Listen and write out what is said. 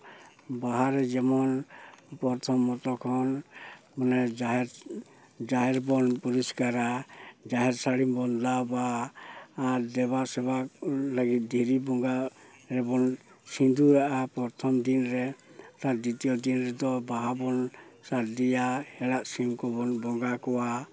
ᱵᱟᱦᱟ ᱨᱮ ᱡᱮᱢᱚᱱ ᱯᱨᱚᱛᱷᱚᱢᱚᱛᱚ ᱠᱷᱚᱱ ᱢᱟᱱᱮ ᱡᱟᱦᱮᱨ ᱡᱟᱦᱮᱨ ᱵᱚᱱ ᱯᱚᱨᱤᱥᱠᱟᱨᱟ ᱡᱟᱦᱮᱨ ᱥᱟᱹᱲᱤᱢ ᱵᱚᱱ ᱫᱟᱵᱟ ᱟᱨ ᱫᱮᱵᱟ ᱥᱮᱵᱟ ᱞᱟᱹᱜᱤᱫ ᱫᱷᱤᱨᱤ ᱵᱚᱸᱜᱟ ᱨᱮᱵᱚᱱ ᱥᱤᱸᱫᱩᱨᱟᱜᱼᱟ ᱯᱨᱚᱛᱷᱚᱢ ᱫᱤᱱ ᱨᱮ ᱟᱨ ᱫᱤᱛᱤᱭᱚ ᱫᱤᱱ ᱨᱮᱫᱚ ᱵᱟᱦᱟ ᱵᱚᱱ ᱥᱟᱨᱫᱤᱭᱟ ᱦᱮᱲᱟᱜ ᱥᱤᱢ ᱠᱚᱵᱚᱱ ᱵᱚᱸᱜᱟ ᱠᱚᱣᱟ